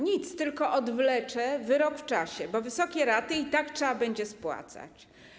Nic, tylko odwlecze wyrok w czasie, bo wysokie raty i tak trzeba będzie spłacać.